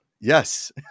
Yes